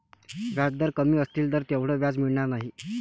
व्याजदर कमी असतील तर तेवढं व्याज मिळणार नाही